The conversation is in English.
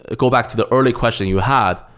ah go back to the early question you had,